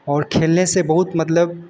और खेलने से बहुत मतलब